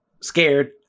scared